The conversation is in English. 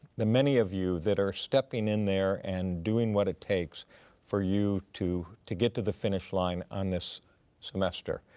the many of you that are stepping in there and doing what it takes for you to to get to the finish line on this semester.